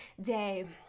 day